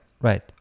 right